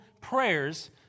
prayers